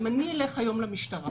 אם אני אלך היום למשטרה